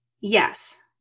yes